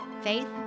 Faith